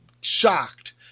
shocked